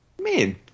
man